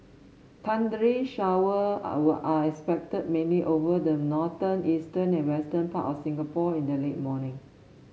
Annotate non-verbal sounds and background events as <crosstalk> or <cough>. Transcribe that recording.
thundery shower <unintelligible> are expected mainly over the northern eastern and western parts of Singapore in the late morning